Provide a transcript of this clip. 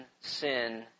sin